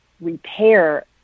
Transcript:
repair